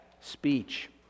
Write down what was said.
speech